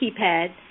keypad